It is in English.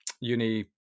uni